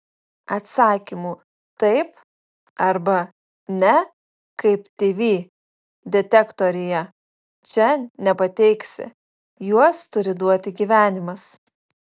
atsakymų taip arba ne kaip tv detektoriuje čia nepateiksi juos turi duoti gyvenimas